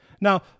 Now